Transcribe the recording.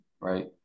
right